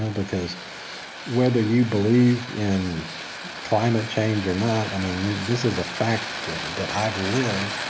because whether you believe in climate change or not, i mean, this is a fact that that i've lived.